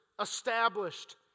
Established